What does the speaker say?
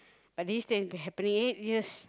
but this thing has been happening eight years